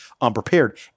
unprepared